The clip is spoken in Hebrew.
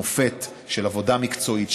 מופת של עבודה מקצועית,